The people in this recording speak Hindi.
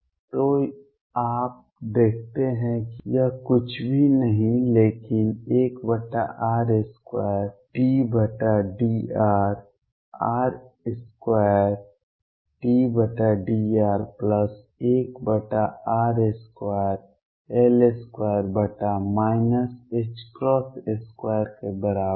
तो आप देखते हैं कि यह कुछ भी नहीं लेकिन 1r2∂rr2∂r1r2L2 2के बराबर है